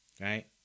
Right